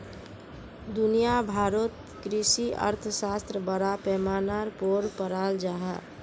दुनिया भारोत कृषि अर्थशाश्त्र बड़ा पैमानार पोर पढ़ाल जहा